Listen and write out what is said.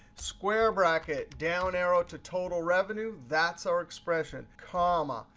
square bracket, down arrow to total revenue. that's our expression. comma.